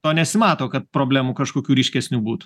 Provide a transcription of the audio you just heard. to nesimato kad problemų kažkokių ryškesnių būtų